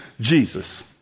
Jesus